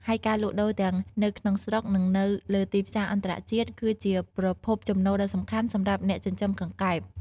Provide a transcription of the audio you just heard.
ហើយការលក់ដូរទាំងនៅក្នុងស្រុក និងនៅលើទីផ្សារអន្តរជាតិនេះ គឺជាប្រភពចំណូលដ៏សំខាន់សម្រាប់អ្នកចិញ្ចឹមកង្កែប។